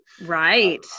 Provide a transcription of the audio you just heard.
right